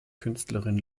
künstlerin